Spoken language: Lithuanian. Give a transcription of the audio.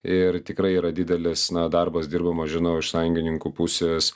ir tikrai yra didelis na darbas dirbama žinau iš sąjungininkų pusės